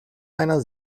einer